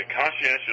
conscientious